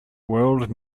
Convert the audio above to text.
world